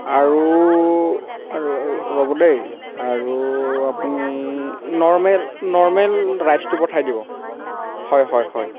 আৰু আৰু আৰু ৰ'ব দেই আৰু আপুনি নৰ্মেল নৰ্মেল ৰাইচটো পঠাই দিব হয় হয় হয়